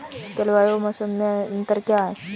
जलवायु और मौसम में अंतर क्या है?